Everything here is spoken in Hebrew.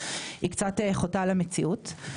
היא קצת חוטאת למציאות.